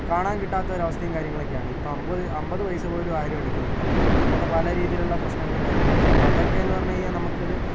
കാണാന് കിട്ടാത്തൊരവസ്ഥയും കാര്യങ്ങളൊക്കേയും ആണ് ഇപ്പോൾ അമ്പത് അമ്പതു പൈസപോലും ആരും എടുക്കുന്നില്ല അങ്ങനത്തെ പല രീതിയിലുള്ള പ്രശ്നങ്ങളും കാര്യങ്ങളൊക്കെയുണ്ട് അപ്പോൾ അതൊക്കെയെന്നു പറഞ്ഞു കഴിഞ്ഞാൽ നമ്മൾക്കതു